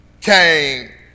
came